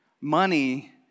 Money